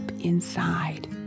inside